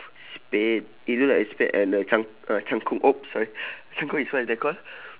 spade it look like a spade and a cang~ uh cangkul !oops! sorry cangkul is what is that call